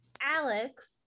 alex